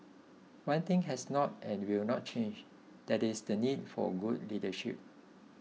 one thing has not and will not change that is the need for good leadership